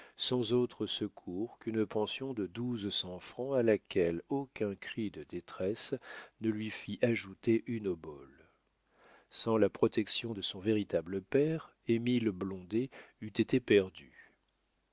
sans autre secours qu'une pension de douze cents francs à laquelle aucun cri de détresse ne lui fit ajouter une obole sans la protection de son véritable père émile blondet eût été perdu